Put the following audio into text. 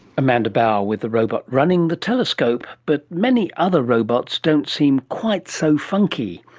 amanda bauer with the robot running the telescope. but many other robots don't seem quite so funky.